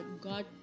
God